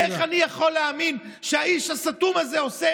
איך אני יכול להאמין שהאיש הסתום הזה עושה